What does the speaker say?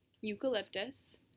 eucalyptus